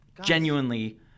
genuinely